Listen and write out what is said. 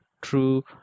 true